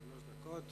אדוני היושב-ראש,